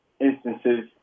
instances